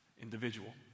individual